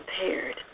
prepared